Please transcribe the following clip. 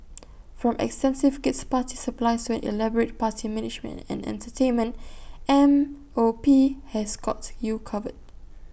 from extensive kid's party supplies to an elaborate party management and entertainment M O P has got you covered